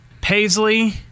Paisley